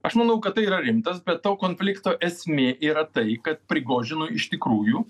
aš manau kad tai yra rimtas bet to konflikto esmė yra tai kad prigožinu iš tikrųjų